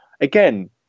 again